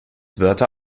wörter